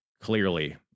clearly